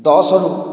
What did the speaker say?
ଦଶରୁ